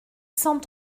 cent